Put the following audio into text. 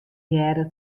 hearre